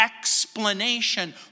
explanation